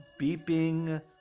beeping